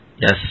Yes